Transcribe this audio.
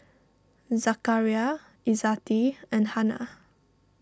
Zakaria Izzati and Hana